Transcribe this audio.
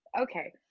Okay